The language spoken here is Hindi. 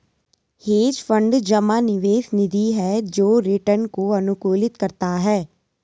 हेज फंड जमा निवेश निधि है जो रिटर्न को अनुकूलित करता है